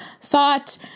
thought